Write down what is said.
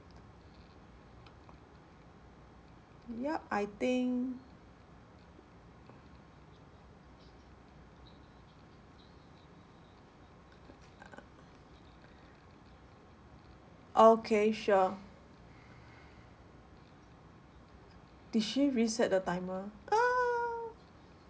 ya I think okay sure did she reset the timer oh